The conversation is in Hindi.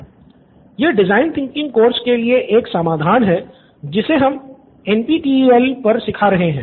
स्टूडेंट 1 यह डिज़ाइन थिंकिंग कोर्स के लिए एक समाधान है जिसे हम एनपीटीईएल पर सिखा रहे हैं